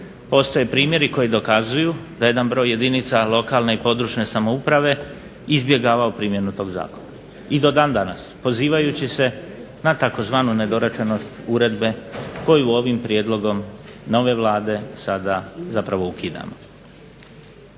postoje primjeri koji dokazuju da jedan broj jedinica lokalne i područne samouprave izbjegavao primjenu tog zakona i do dan danas pozivajući se na tzv. nedorečenost uredbe koju ovim prijedlogom nove Vlade sada zapravo ukidamo.